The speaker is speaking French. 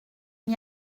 n’y